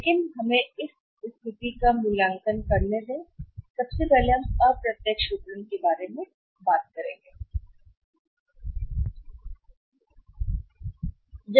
लेकिन हमें इस स्थिति का मूल्यांकन करने दें सबसे पहले हम अप्रत्यक्ष विपणन के लिए कहते हैं